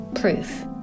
proof